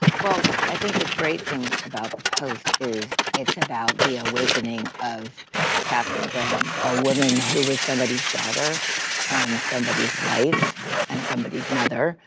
well, i think the great thing about the post is it's about the awakening of katharine graham, a woman who was somebody's daughter and somebody's wife and somebody's mother,